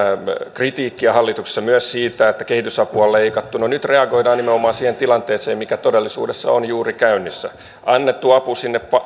kritiikkiä hallituksessa myös siitä että kehitysapua on leikattu no nyt reagoidaan nimenomaan siihen tilanteeseen mikä todellisuudessa on juuri käynnissä annettu apu sinne